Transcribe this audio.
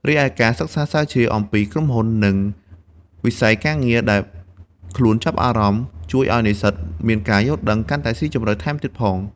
រីឯការសិក្សាស្រាវជ្រាវអំពីក្រុមហ៊ុន និងវិស័យការងារដែលខ្លួនចាប់អារម្មណ៍ ជួយឲ្យនិស្សិតមានការយល់ដឹងកាន់តែស៊ីជម្រៅថែមទៀតផង។